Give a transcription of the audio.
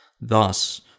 Thus